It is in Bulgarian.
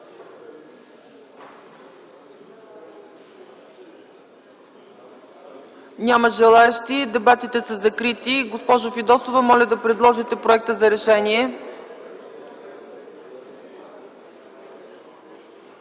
Няма желаещи. Дебатите са закрити. Госпожо Фидосова, Вие прочетохте проекта за решение